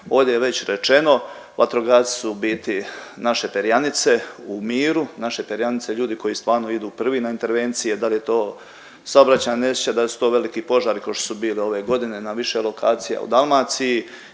Ovdje je već rečeno vatrogasci su u biti naše perjanice u miru, naše perjanice ljudi koji stvarno idu prvi na intervencije da li je to saobraćajna nesreća, da li su to veliki požari kao što su bili ove godine na više lokacija u Dalmaciji